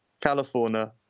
California